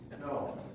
No